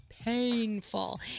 Painful